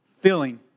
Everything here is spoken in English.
filling